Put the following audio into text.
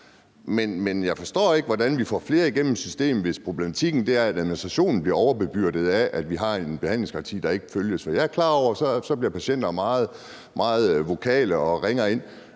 men jeg forstår ikke, hvordan vi får flere igennem systemet, hvis problematikken er, at administrationen bliver overbebyrdet af, at vi har en behandlingsgaranti, der ikke følges. Jeg er klar over, at patienterne så bliver meget vokale og ringer ind,